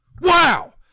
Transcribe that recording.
Wow